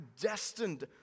destined